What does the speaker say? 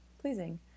pleasing